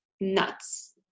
nuts